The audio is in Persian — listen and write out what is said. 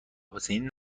حسینی